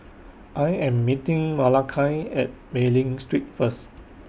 I Am meeting Malakai At Mei Ling Street First